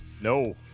No